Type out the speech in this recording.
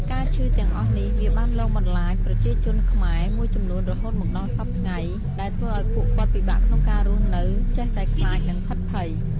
ការឈឺទាំងអស់នេះវាបានលងបន្លាចប្រជាជនខ្មែរមួយចំនួនរហូតមកដល់ដល់សព្វថ្ងៃដែលធ្វើឲ្យពួកគាត់ពិបាកក្នុងការរស់នៅចេះតែខ្លាចនិងភិតភ័យ។